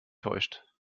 täuscht